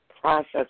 process